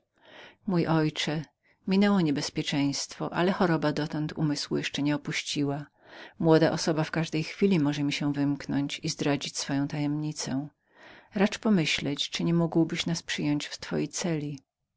następującej treści minęło niebezpieczeństwo szanowny ojcze ale choroba dotąd umysłu jeszcze nie opuściła młoda osoba co chwila może mi się wymknąć i zdradzić swoją tajemnicę racz pomyśleć czylibyś nie mógł nas przyjąć w twojej celi